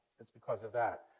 it's because of that.